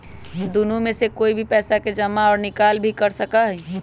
दुन्नो में से कोई भी पैसा के जमा और निकाल भी कर सका हई